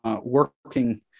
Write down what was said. working